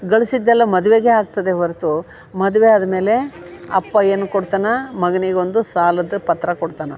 ಗಳ್ಸಿದ್ದೆಲ್ಲ ಮದುವೆಗೆ ಆಗ್ತದೆ ಹೊರ್ತು ಮದುವೆ ಆದ್ಮೇಲೆ ಅಪ್ಪ ಏನು ಕೊಡ್ತಾನ ಮಗನಿಗೊಂದು ಸಾಲದ ಪತ್ರ ಕೊಡ್ತಾನ